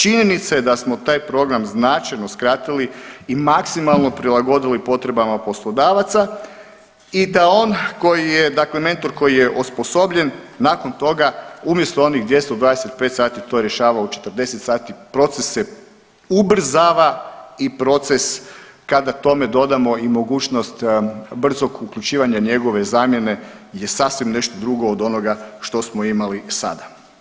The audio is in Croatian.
Činjenica je da smo taj program značajno skratili i maksimalno prilagodili potrebama poslodavaca i da on koji je, dakle mentor koji je osposobljen nakon toga umjesto onih 225 sati to rješava u 40 sati, proces se ubrzava i proces kada tome dodamo i mogućnost brzog uključivanja njegove zamjene je sasvim nešto drugo od onoga što smo imali sada.